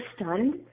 stunned